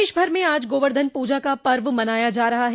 प्रदेश भर में आज गोवर्धन पूजा का पर्व मनाया जा रहा है